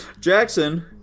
Jackson